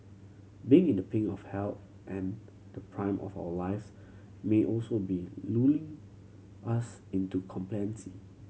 being in the pink of health and the prime of our lives may also be lulling us into complacency